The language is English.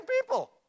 people